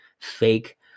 fake